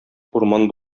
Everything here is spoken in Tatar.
урман